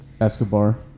Escobar